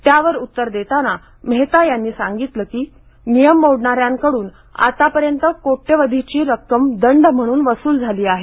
यावर उत्तर देताना मेहता यांनी सांगितलं की नियम मोडणाऱ्यांकडून आतापर्यंत कोट्यवधींची रक्कम दंड म्हणून वसूल झाली आहे